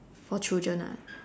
for children ah